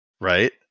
right